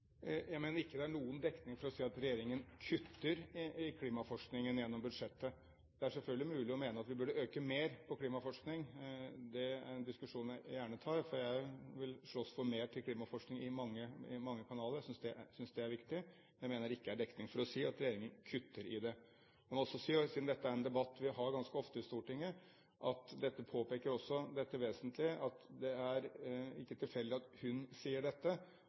Jeg mener det ikke er noen dekning for å si at regjeringen kutter i klimaforskningen gjennom budsjettet. Det er selvfølgelig mulig å mene at vi burde øke mer på klimaforskning. Det er en diskusjon jeg gjerne tar, for jeg vil slåss for mer til klimaforskning i mange kanaler. Jeg synes det er viktig. Jeg mener at det ikke er dekning for å si at regjeringen kutter i det. La meg også si, siden dette er en debatt vi har ganske ofte i Stortinget, at dette påpeker det vesentlige at det ikke er tilfeldig at hun sier dette.